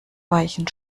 weichen